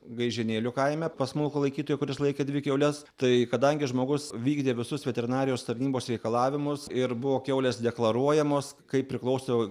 gaižėnėlių kaime pas smulkų laikytoją kuris laikė dvi kiaules tai kadangi žmogus vykdė visus veterinarijos tarnybos reikalavimus ir buvo kiaulės deklaruojamos kaip priklauso